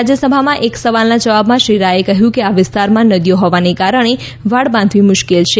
રાજ્યસભામાં એક સવાલના જવાબમાં શ્રી રાયે કહ્યું કે આ વિસ્તારમાં નદીઓ હોવાને કારણે વાડ બાંધવી મુશ્કેલ છે